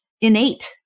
innate